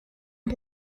end